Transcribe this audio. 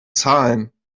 zahlen